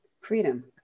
Freedom